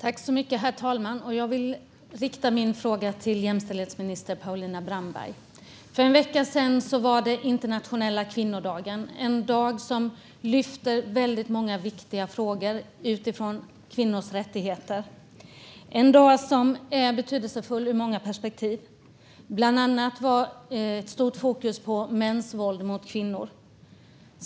Herr talman! Jag vill rikta min fråga till jämställdhetsminister Paulina Brandberg. För en vecka sedan var det internationella kvinnodagen. Det är en dag då vi lyfter fram väldigt många viktiga frågor om kvinnors rättigheter och som är betydelsefull ur många perspektiv. Bland annat låg starkt fokus på mäns våld mot kvinnor.